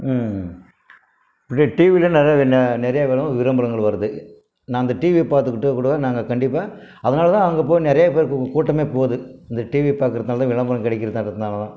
இப்போ டிவிலையும் நிறைய நிறைய விளம்பரங்கள் வருகுது நான் அந்த டிவி பாத்துவிட்டு கூட நாங்கள் கண்டிப்பாக அதனால்தான் அங்கே போய் நிறைய பேர் கூட்டமே போகுது இந்த டிவி பார்க்குறதுனால விளம்பரம் கிடைக்கிறதுனாலதான்